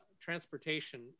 transportation